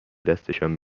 دستشان